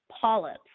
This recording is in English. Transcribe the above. polyps